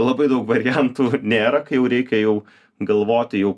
labai daug variantų nėra kai jau reikia jau galvoti jau